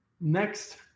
Next